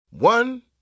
One